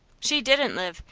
she didn't live.